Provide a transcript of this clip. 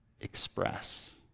express